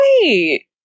wait